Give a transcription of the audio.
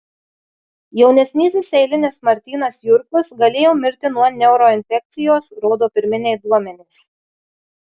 jaunesnysis eilinis martynas jurkus galėjo mirti nuo neuroinfekcijos rodo pirminiai duomenys